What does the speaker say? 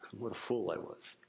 what a fool i was.